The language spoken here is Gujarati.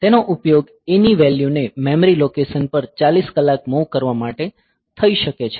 તેનો ઉપયોગ A ની વેલ્યૂને મેમરી લોકેશન પર 40 કલાક મૂવ કરવા માટે થઈ શકે છે